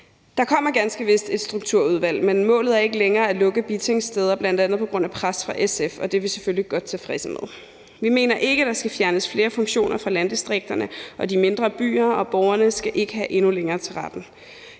Der kommer ganske vist et strukturudvalg, men målet er ikke længere at lukke bitingssteder, bl.a. på grund af pres fra SF, og det er vi selvfølgelig godt tilfredse med. Vi mener ikke, at der skal fjernes flere funktioner fra landdistrikterne og de mindre byer, og borgerne skal ikke have endnu længere til retten.